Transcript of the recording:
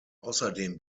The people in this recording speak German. außerdem